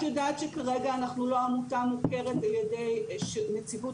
את ידעת שכרגע אנחנו לא עמותה מוכרת על ידי נציבות